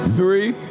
Three